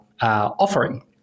offering